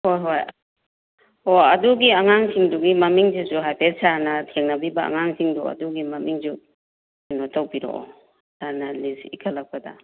ꯍꯣꯏ ꯍꯣꯏ ꯍꯣꯏ ꯑꯗꯨꯒꯤ ꯑꯉꯥꯡꯁꯤꯡꯗꯨꯒꯤ ꯃꯃꯤꯡꯗꯨꯁꯨ ꯍꯥꯏꯐꯦꯠ ꯁꯥꯔꯅ ꯊꯦꯡꯅꯕꯤꯕ ꯑꯉꯥꯡꯁꯤꯡꯗꯣ ꯑꯗꯨꯒꯤ ꯃꯃꯤꯡꯁꯨ ꯀꯩꯅꯣ ꯇꯧꯕꯤꯔꯛꯑꯣ ꯁꯥꯔꯅ ꯂꯤꯁ ꯏꯈꯠꯂꯛꯄꯗ